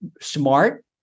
smart